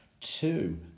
two